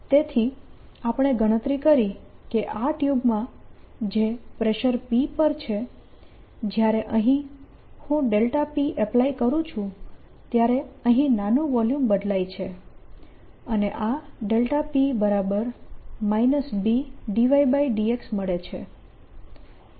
તેથી આપણે ગણતરી કરી કે આ ટ્યુબમાં જે પ્રેશર p પર છે જ્યારે અહીં હું p એપ્લાય કરું છું ત્યારે અહીં નાનું વોલ્યુમ બદલાય છે અને આ p B∂y∂x મળે છે